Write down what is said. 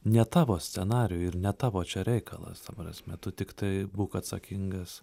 ne tavo scenarijų ir ne tavo čia reikalas ta prasme tu tiktai būk atsakingas